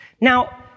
Now